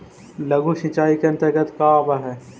लघु सिंचाई के अंतर्गत का आव हइ?